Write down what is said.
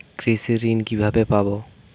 কৃষি ঋন কিভাবে পাব?